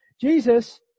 Jesus